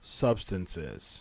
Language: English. Substances